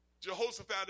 Jehoshaphat